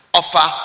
offer